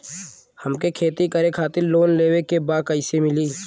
हमके खेती करे खातिर लोन लेवे के बा कइसे मिली?